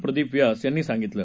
प्रदीप व्यास यांनी सांगितलं